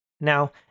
Now